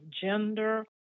gender